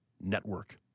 network